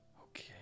Okay